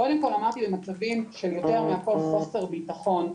קודם כל במצבים של יותר מהכל חוסר בטחון,